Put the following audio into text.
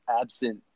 absent